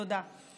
תודה.